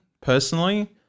personally